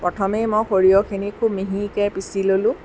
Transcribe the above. প্ৰথমেই মই সৰিয়হখিনি খুব মিহিকৈ পিচি ল'লোঁ